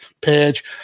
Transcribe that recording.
page